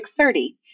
630